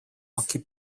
occhi